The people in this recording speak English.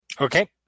Okay